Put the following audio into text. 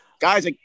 Guys